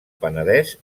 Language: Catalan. penedès